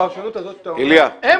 הפרשנות הזאת שאתה אומר, אתה